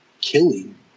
killing